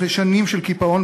אחרי שנים של קיפאון,